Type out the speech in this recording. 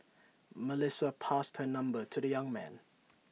Melissa passed her number to the young man